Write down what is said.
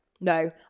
no